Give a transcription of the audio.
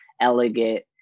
elegant